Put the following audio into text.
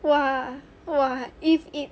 !wah! !wah! if it